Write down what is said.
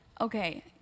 Okay